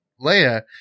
Leia